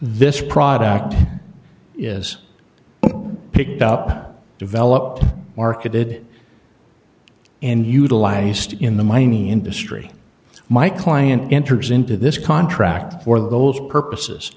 this product is picked up developed marketed and utilized in the mining industry my client enters into this contract for those purposes